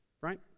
right